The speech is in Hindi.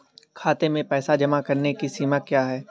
खाते में पैसे जमा करने की सीमा क्या है?